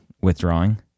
withdrawing